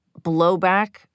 blowback